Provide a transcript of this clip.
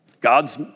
God's